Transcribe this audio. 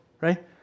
right